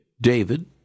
David